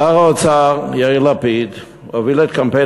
שר האוצר יאיר לפיד הוביל את קמפיין